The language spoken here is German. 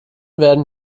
werden